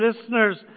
listeners